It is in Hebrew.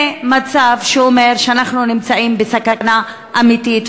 זה מצב שאומר שאנחנו נמצאים בסכנה אמיתית,